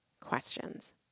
questions